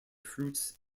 fruits